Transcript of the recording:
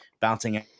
bouncing